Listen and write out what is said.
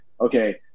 okay